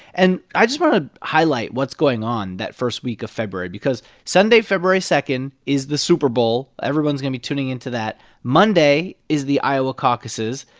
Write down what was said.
and i just want to highlight what's going on that first week of february because sunday, february two, is the super bowl. everyone's going be tuning into that. monday is the iowa caucuses.